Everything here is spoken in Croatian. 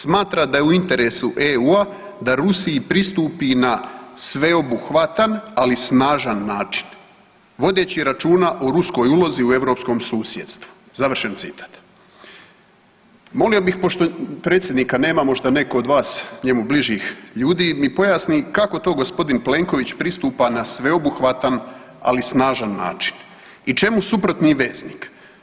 Smatra da je u interesu EU-a da Rusiji pristupi na sveobuhvatan, ali snažan način vodeći računa o ruskoj ulozi u europskom susjedstvu.“ Molio bih pošto predsjednika nema, možda netko od vas njemu bližih ljudi mi pojasni kako to gospodin Plenković pristupa na sveobuhvatan, ali snažan način i čemu suprotni veznik.